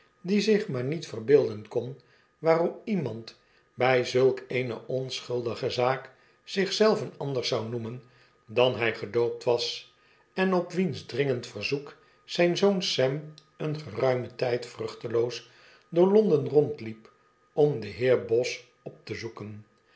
die zich maar niet verbeelden kon waarom iemand by zulk eene onschuldige zaak zich zelven anders zou noemen dan hy gedoopt was en op wiens dringend verzoek zyn zoon sam een geruimen tyd vruchteloos door londen rondliep om den heer boz op te zoeken